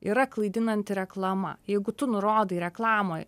yra klaidinanti reklama jeigu tu nurodai reklamoj